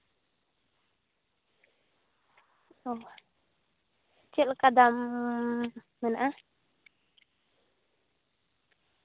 ᱚᱸᱻ ᱪᱮᱫ ᱞᱮᱠᱟ ᱫᱟᱢ ᱢᱮᱱᱟᱜᱼᱟ